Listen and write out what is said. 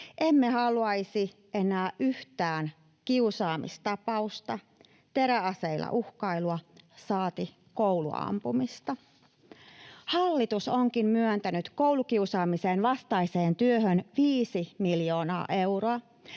Emme haluaisi enää yhtään kiusaamistapausta, teräaseilla uhkailua, saati kouluampumista. Hallitus onkin myöntänyt koulukiusaamisen vastaiseen työhön 5 miljoonaa euroa,